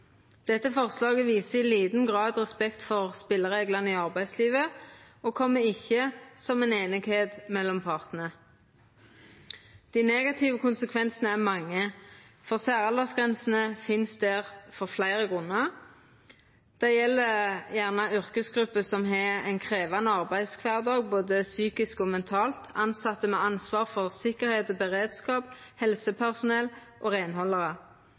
Dette forslaget viser i liten grad respekt for spelereglane i arbeidslivet og kjem ikkje som følgje av ei semje mellom partane. Dei negative konsekvensane er mange, for særaldersgrensene finst der av fleire grunnar. Det gjeld gjerne yrkesgrupper som har ein krevjande arbeidskvardag både fysisk og mentalt, tilsette med ansvar for sikkerheit og beredskap, helsepersonell og reinhaldarar.